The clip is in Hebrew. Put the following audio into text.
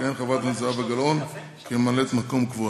תכהן חברת הכנסת זהבה גלאון כממלאת-מקום קבועה.